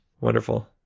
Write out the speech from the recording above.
Wonderful